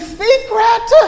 secret